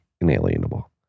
inalienable